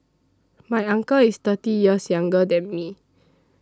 my uncle is thirty years younger than me